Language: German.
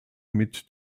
mit